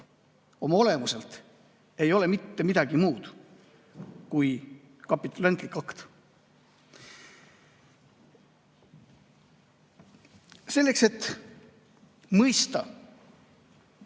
oma olemuselt ei ole mitte midagi muud kui kapitulantlik akt. Selleks, et mõista